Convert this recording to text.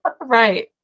Right